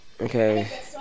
Okay